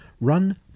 run